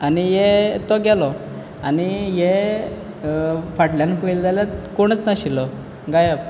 आनी हें तो गेलो आनी हे फाटल्यान पयले जाल्यार कोणच नाशिल्लो गायब